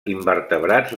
invertebrats